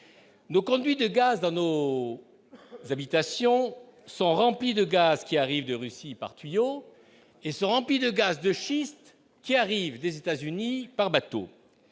nous conduit de gaz en haut habitations sont remplis de gaz qui arrivent de Russie par tuyau et se remplit de gaz de schiste qui arrivent des États-Unis par bateau,